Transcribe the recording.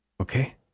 Okay